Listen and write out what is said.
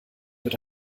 wird